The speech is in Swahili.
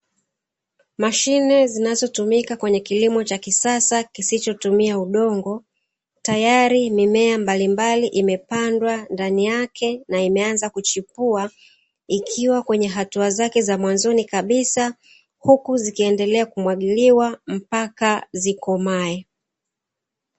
Mashine zinazotumika kwenye kilimo cha kisasa kisichotumia udongo, tayari mimea mbalimbali imepandwa ndani yake na imeanza kuchipua. Ikiwa kwenye hatua zake za mwanzoni kabisa, huku zikiendelea kuwagiliwa mpaka zikomae.